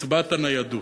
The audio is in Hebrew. לקצבת הניידות?